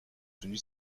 tenu